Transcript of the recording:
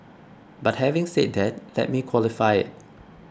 but having said that let me qualify it